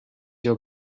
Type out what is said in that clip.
your